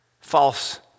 false